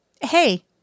Hey